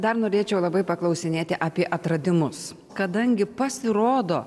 dar norėčiau labai paklausinėti apie atradimus kadangi pasirodo